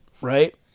Right